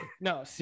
No